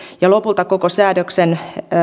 ja lopulta jopa koko säädöksen